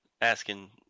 asking